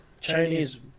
Chinese